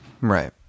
Right